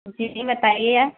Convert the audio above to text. جی جی بتائیے